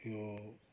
यो